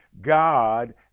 God